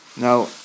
now